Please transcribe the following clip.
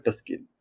skill